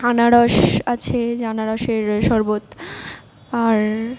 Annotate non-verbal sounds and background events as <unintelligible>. আনারস আছে <unintelligible> আনারসের শরবত আর